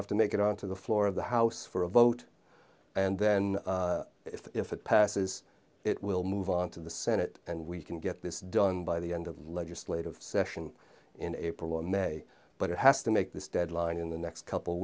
have to make it on to the floor of the house for a vote and then if it passes it will move on to the senate and we can get this done by the end of the legislative session in april or may but it has to make this deadline in the next couple